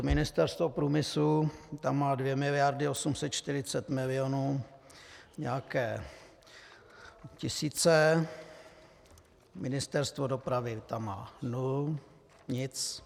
Ministerstvo průmyslu tam má 2 mld. 840 mil. a nějaké tisíce, Ministerstvo dopravy tam má nulu, nic.